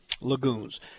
Lagoons